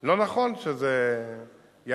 לא נכון שזה יקר,